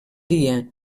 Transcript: dia